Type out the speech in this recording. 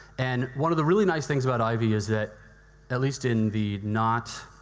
and one of the really nice things about ivy is that at least in the not